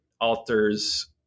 alters